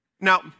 Now